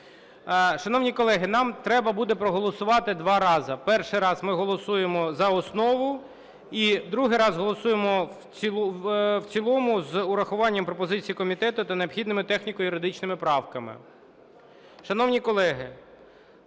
Шановні колеги, нам треба буде проголосувати два рази: перший раз ми голосуємо за основу і другий раз голосуємо в цілому з урахуванням пропозицій комітету та необхідними техніко-юридичними правками.